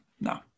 no